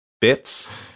bits